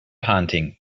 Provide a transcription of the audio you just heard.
hunting